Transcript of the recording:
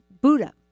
Buddha